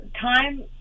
time